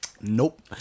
Nope